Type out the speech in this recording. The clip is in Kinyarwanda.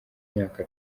myaka